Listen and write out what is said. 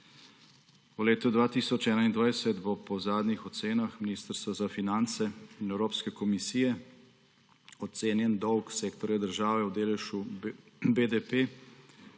V letu 2021 bo po zadnjih ocenah Ministrstva za finance in Evropske komisije ocenjeni dolg sektorja države v deležu BDP